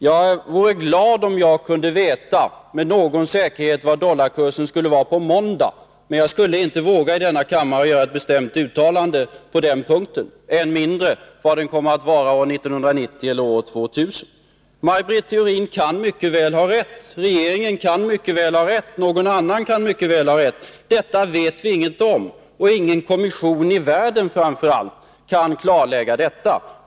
Jag vore glad om jag med någon säkerhet visste vilken dollarkurs vi har på måndag. Men jag vågar inte i denna kammare göra ett bestämt uttalande på den punkten, än mindre uttala mig om vad dollarkursen kommer att vara 1990 eller 2000. Maj Britt Theorin kan mycket väl ha rätt. Regeringen kan mycket väl ha rätt. Någon annan kan mycket väl ha rätt. Detta vet vi ingenting om. Ingen kommission i världen kan klarlägga detta.